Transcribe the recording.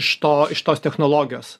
iš to iš tos technologijos